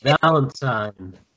Valentine